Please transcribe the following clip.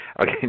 Okay